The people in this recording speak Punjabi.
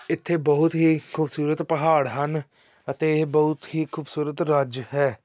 ਇੱਥੇ ਬਹੁਤ ਹੀ ਖੂਬਸੂਰਤ ਪਹਾੜ ਹਨ ਅਤੇ ਇਹ ਬਹੁਤ ਹੀ ਖੂਬਸੂਰਤ ਰਾਜ ਹੈ